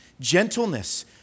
Gentleness